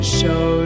show